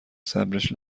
صبرش